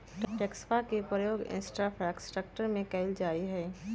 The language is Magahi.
टैक्सवा के प्रयोग इंफ्रास्ट्रक्टर में कइल जाहई